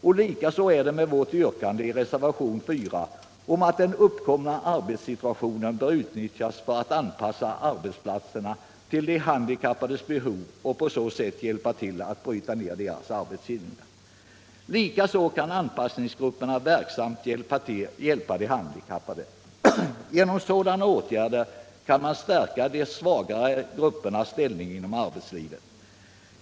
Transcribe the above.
Detsamma gäller vårt yrkande i reservation 4 att den uppkomna arbetsmarknadssituationen skall utnyttjas för att anpassa arbetsplatser till de handikappades behov och på så sätt hjälpa till att bryta ner deras arbetshinder. Likaså kan anpassningsgrupperna hjälpa de handikappade. Genom sådana åtgärder kan man stärka de svagare gruppernas ställning inom arbetslivet.